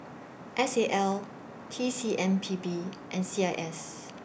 S A L T C M P B and C I S